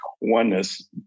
oneness